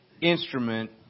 instrument